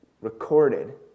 recorded